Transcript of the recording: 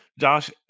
Josh